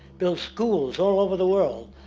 build schools all over the world,